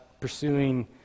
pursuing